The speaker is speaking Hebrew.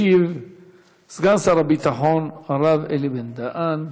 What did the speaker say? ישיב סגן שר הביטחון, הרב אלי בן-דהן.